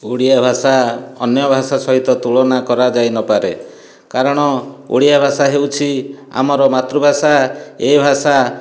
ଓଡ଼ିଆ ଭାଷା ଅନ୍ୟ ଭାଷା ସହିତ ତୁଳନା କରାଯାଇ ନ ପାରେ କାରଣ ଓଡ଼ିଆ ଭାଷା ହେଉଛି ଆମର ମାତୃଭାଷା ଏହି ଭାଷା